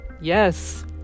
Yes